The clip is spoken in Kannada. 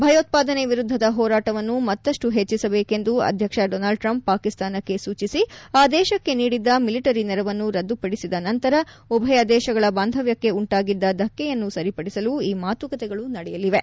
ಭಯೋತ್ವಾದನೆ ವಿರುದ್ಲದ ಹೋರಾಟವನ್ನು ಮತ್ತಷ್ಲು ಹೆಚ್ಚಿಸಬೇಕೆಂದು ಅಧ್ಯಕ್ಷ್ ಡೊನಾಲ್ಡ್ ಟ್ರಂಪ್ ಪಾಕಿಸ್ತಾನಕ್ಕೆ ಸೂಚಿಸಿ ಆ ದೇಶಕ್ಕೆ ನೀಡಿದ್ದ ಮಿಲಿಟರಿ ನೆರವನ್ನು ರದ್ದುಪಡಿಸಿದ ನಂತರ ಉಭಯ ದೇಶಗಳ ಬಾಂಧವ್ಹಕ್ಕೆ ಉಂಟಾಗಿದ್ದ ಧಕ್ಕೆಯನ್ನು ಸರಿಪಡಿಸಲು ಈ ಮಾತುಕತೆಗಳು ನಡೆಯಲಿವೆ